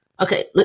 okay